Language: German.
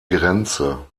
grenze